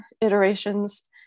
iterations